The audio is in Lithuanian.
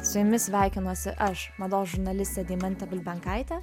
su jumis sveikinuosi aš mados žurnalistė deimantė bulbenkaitė